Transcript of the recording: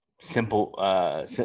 simple